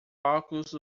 óculos